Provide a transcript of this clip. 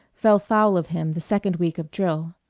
fell foul of him the second week of drill.